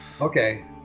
Okay